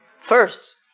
first